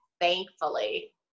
thankfully